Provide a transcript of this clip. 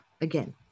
again